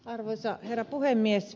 arvoisa herra puhemies